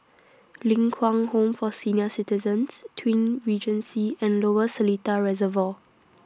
Ling Kwang Home For Senior Citizens Twin Regency and Lower Seletar Reservoir